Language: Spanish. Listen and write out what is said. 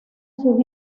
sus